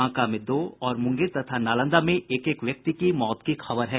बांका में दो और मुंगेर तथा नालंदा में एक एक व्यक्ति की मौत की खबर है